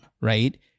right